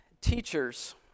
Teachers